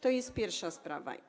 To jest pierwsza sprawa.